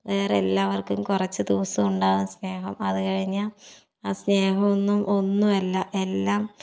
വേറെ എല്ലാവർക്കും കുറച്ചു ദിവസം ഉണ്ടാകും സ്നേഹം അതുകഴിഞ്ഞാൽ ആ സ്നേഹമൊന്നും ഒന്നുമല്ല എല്ലാം